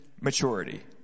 maturity